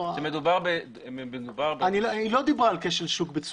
לא דיברו על כשל שוק.